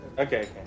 Okay